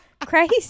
crazy